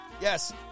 yes